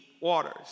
waters